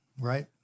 right